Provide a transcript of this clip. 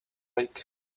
lake